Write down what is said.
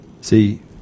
see